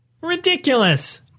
Ridiculous